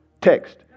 text